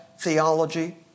theology